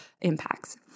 impacts